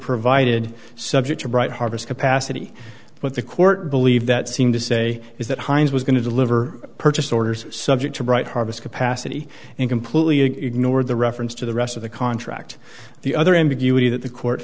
provided subject to right harvest capacity but the court believe that seem to say is that heinz was going to deliver purchase orders subject to right harvest capacity and completely ignored the reference to the rest of the contract the other ambiguity that the court